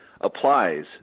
applies